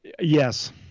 Yes